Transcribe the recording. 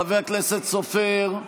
חבר הכנסת סופר.